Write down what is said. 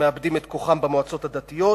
שמאבדות את כוחן במועצות הדתיות,